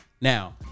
Now